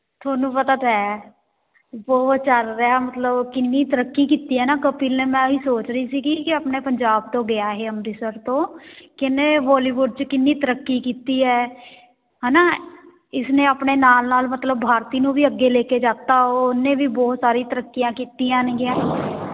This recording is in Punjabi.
ਤੁਹਾਨੂੰ ਪਤਾ ਤਾਂ ਹੈ ਬਹੁਤ ਚੱਲ ਰਿਹਾ ਮਤਲਬ ਕਿੰਨੀ ਤਰੱਕੀ ਕੀਤੀ ਹੈ ਨਾ ਕਪਿਲ ਨੇ ਮੈਂ ਵੀ ਸੋਚ ਰਹੀ ਸੀਗੀ ਕਿ ਆਪਣੇ ਪੰਜਾਬ ਤੋਂ ਗਿਆ ਇਹ ਅੰਮ੍ਰਿਤਸਰ ਤੋਂ ਕਿੰਨੇ ਬੋਲੀਵੁੱਡ 'ਚ ਕਿੰਨੀ ਤਰੱਕੀ ਕੀਤੀ ਹੈ ਹੈ ਨਾ ਇਸਨੇ ਆਪਣੇ ਨਾਲ ਨਾਲ ਮਤਲਬ ਭਾਰਤੀ ਨੂੰ ਵੀ ਅੱਗੇ ਲੈ ਕੇ ਜਾਤਾ ਉਹਨੇ ਵੀ ਬਹੁਤ ਸਾਰੀ ਤਰੱਕੀਆਂ ਕੀਤੀਆਂ ਨੇਗੀਆਂ